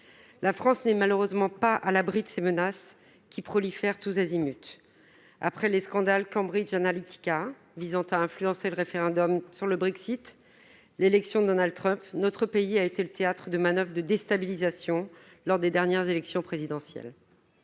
La France n'est malheureusement pas à l'abri de ces menaces, qui prolifèrent tous azimuts. Après les scandales Cambridge Analytica visant à influencer le référendum sur le Brexit et l'élection de Donald Trump, notre pays a été le théâtre de manoeuvres de déstabilisation lors des dernières élections présidentielles.